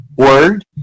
word